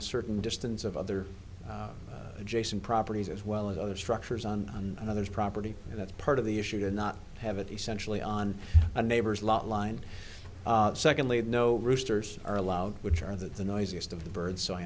a certain distance of other adjacent properties as well as other structures on another's property and that's part of the issue to not have it essentially on a neighbor's lot line secondly no roosters are allowed which are that the noisiest of the bird so i